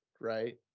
right